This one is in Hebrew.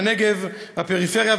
הפריפריה,